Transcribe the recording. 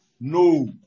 No